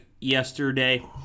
Yesterday